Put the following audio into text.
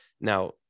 Now